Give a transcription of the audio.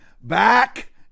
back